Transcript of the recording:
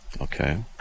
Okay